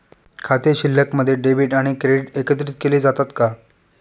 खाते शिल्लकमध्ये डेबिट आणि क्रेडिट एकत्रित केले जातात का?